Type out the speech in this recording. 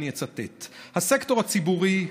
אני אצטט: הסקטור הציבורי,